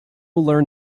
learn